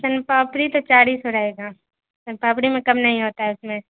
سن پاپڑی تو چار ہی سو رہے گا سن پاپڑی میں کم نہیں ہوتا ہے اس میں